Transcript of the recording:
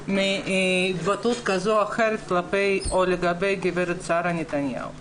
מהתבטאות כזו או אחרת כלפי גברת שרה נתניהו.